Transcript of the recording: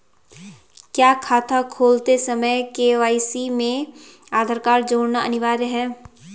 क्या खाता खोलते समय के.वाई.सी में आधार जोड़ना अनिवार्य है?